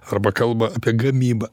arba kalba apie gamybą